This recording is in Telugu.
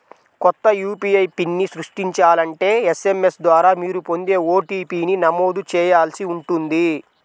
కొత్త యూ.పీ.ఐ పిన్ని సృష్టించాలంటే ఎస్.ఎం.ఎస్ ద్వారా మీరు పొందే ఓ.టీ.పీ ని నమోదు చేయాల్సి ఉంటుంది